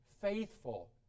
faithful